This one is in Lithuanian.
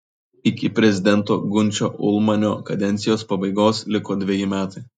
iki prezidento gunčio ulmanio kadencijos pabaigos liko dveji metai